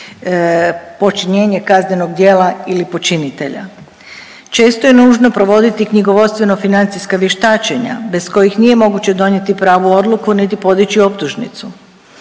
počinjenje kaznenog djela ili počinitelja. Često je nužno provoditi knjigovodstveno-financijska vještačenja bez kojih nije moguće donijeti pravu odluku niti podići optužnicu.